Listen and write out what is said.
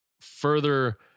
further